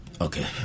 Okay